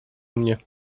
mnie